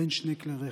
בין שני כלי רכב.